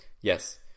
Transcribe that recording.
Yes